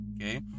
okay